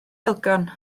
elgan